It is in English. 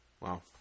Wow